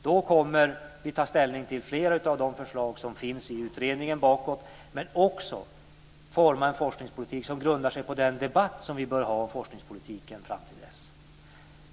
Då kommer vi att ta ställning till flera av de förslag som finns i utredningen, men också får man en forskningspolitik som grundar sig på den debatt som vi bör ha om forskningspolitiken fram till dess.